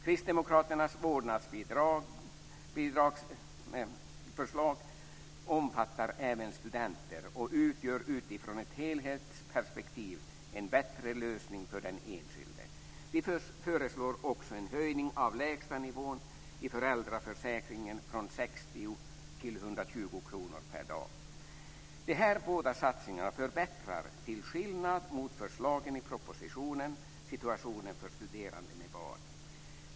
Kristdemokraternas förslag till vårdnadsbidrag omfattar även studenter och utgör utifrån ett helhetsperspektiv en bättre lösning för den enskilde. Vi föreslår också en höjning av lägsta nivån i föräldraförsäkringen från 60 kr till 120 kr per dag. De här båda satsningarna förbättrar, till skillnad mot förslagen i propositionen, situationen för studerande med barn.